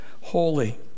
holy